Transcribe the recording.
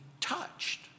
touched